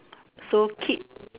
so keep